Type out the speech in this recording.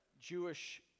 Jewish